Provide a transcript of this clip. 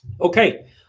okay